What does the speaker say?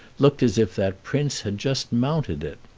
looked as if that prince had just mounted it.